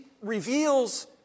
reveals